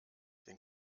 den